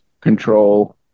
control